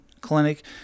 clinic